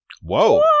Whoa